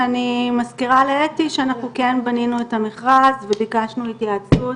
ואני מזכירה לאתי שאנחנו כן בנינו את המכרז וביקשנו התייעצות